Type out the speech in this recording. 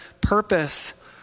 purpose